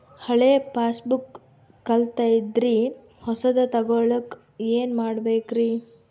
ಹಳೆ ಪಾಸ್ಬುಕ್ ಕಲ್ದೈತ್ರಿ ಹೊಸದ ತಗೊಳಕ್ ಏನ್ ಮಾಡ್ಬೇಕರಿ?